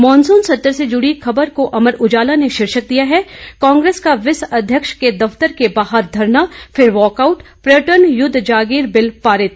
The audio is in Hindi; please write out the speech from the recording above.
मॉनसून सत्र से जुड़ी खबर को अमर उजाला ने शीर्षक दिया है कांग्रेस का विस अध्यक्ष के दफतर के बाहर धरना फिर वाकआउट पर्यटन युद्ध जागिर बिल पारित